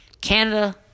Canada